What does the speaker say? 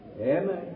Amen